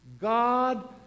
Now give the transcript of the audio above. God